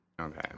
Okay